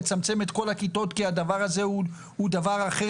לצמצם את כל הכיתות כי הדבר הזה הוא דבר אחר